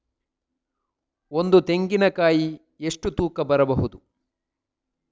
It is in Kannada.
ಒಂದು ತೆಂಗಿನ ಕಾಯಿ ಎಷ್ಟು ತೂಕ ಬರಬಹುದು?